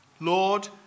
Lord